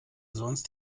sonst